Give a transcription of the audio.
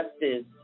justice